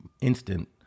instant